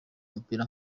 umupira